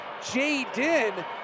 Jaden